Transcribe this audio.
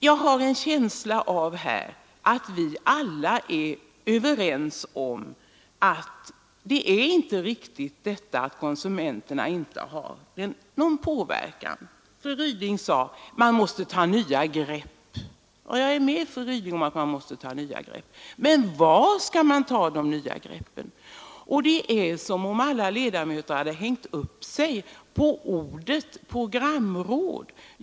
Jag har en känsla av att vi alla är överens om att det inte är riktigt att konsumenterna inte har någon möjlighet att påverka programmen. Fru Ryding sade att man måste ta nya grepp, och det är jag med om. Men var skall man ta de nya greppen? Det är som om alla kammarledamöter har hängt upp sig på ordet programråd.